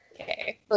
Okay